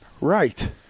Right